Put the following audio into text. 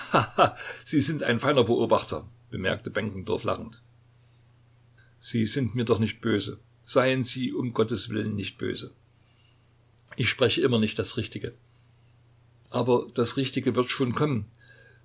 sie sind ein feiner beobachter bemerkte benkendorf lachend sie sind mir doch nicht böse seien sie um gottes willen nicht böse ich spreche immer nicht das richtige aber das richtige wird schon kommen